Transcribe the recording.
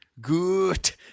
Good